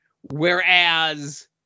Whereas